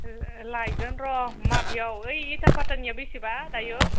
लायगोन र' माबायाव ओइ इथा फाथानिया बेसेबा दायो